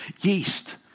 Yeast